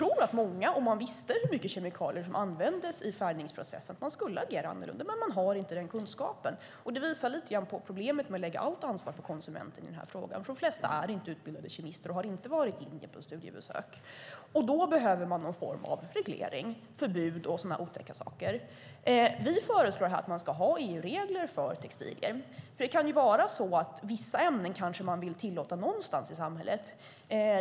Om man visste hur mycket kemikalier som används i färgningsprocessen skulle nog många agera annorlunda, men man har inte den kunskapen. Det visar lite på problemet med att lägga allt ansvar på konsumenten i den här frågan. De flesta är inte utbildade kemister, och de har inte varit i Indien på studiebesök. Därför behöver man någon form av reglering, förbud och sådana otäcka saker. Vi föreslår att man ska ha EU-regler för textilier. Vissa ämnen kanske man vill tillåta någonstans i samhället.